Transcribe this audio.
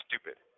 stupid